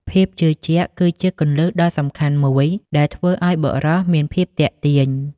ភាពជឿជាក់ គឺជាគន្លឹះដ៏សំខាន់មួយដែលធ្វើឲ្យបុរសមានភាពទាក់ទាញ។